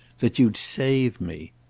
that you'd save me.